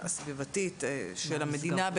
הסביבתית של המדינה?